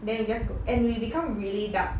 then we just go and we become really dark